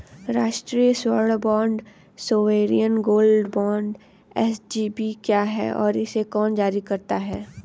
राष्ट्रिक स्वर्ण bond sovereign gold bond SGB क्या है और इसे कौन जारी करता है?